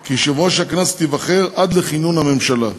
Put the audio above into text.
כי יושב-ראש הכנסת ייבחר עד לכינון הממשלה.